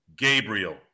Gabriel